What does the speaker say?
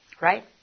Right